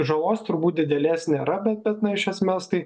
žalos turbūt didelės nėra bet bet na iš esmės tai